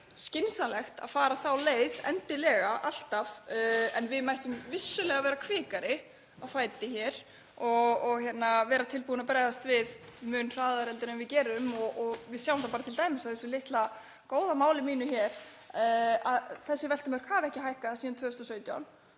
skynsamlegt að fara alltaf þá leið, en við mættum vissulega vera kvikari á fæti hér og vera tilbúin að bregðast við mun hraðar en við gerum. Við sjáum það t.d. af þessu litla góða máli mínu hér að þessi veltumörk hafa ekki hækkað síðan 2017.